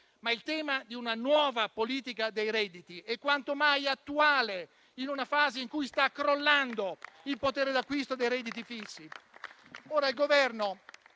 ma il tema di una nuova politica dei redditi è quanto mai attuale in una fase in cui sta crollando il potere d'acquisto dei redditi fissi.